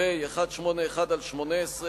פ/181/18,